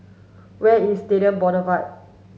where is Stadium Boulevard